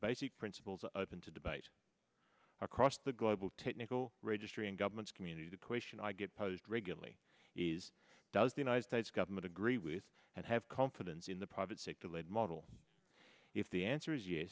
basic principles of open to debate across the global technical registry and governments community the question i get posed regularly is does the united states government agree with and have confidence in the private sector led model if the answer is yes